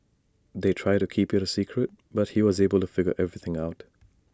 they tried to keep IT A secret but he was able to figure everything out